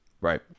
right